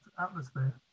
atmosphere